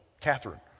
Catherine